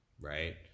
right